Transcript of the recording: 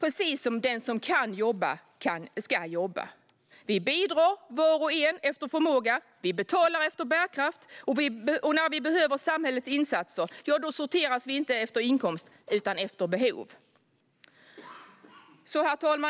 precis som att den som kan jobba ska jobba. Vi bidrar var och en efter förmåga och vi betalar efter bärkraft. När vi behöver samhällets insatser sorteras vi inte efter inkomst utan efter behov. Herr talman!